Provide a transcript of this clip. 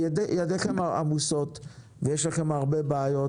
ידיכם עמוסות ויש לכם הרבה בעיות,